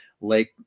lake